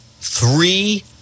three